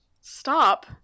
stop